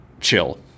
chill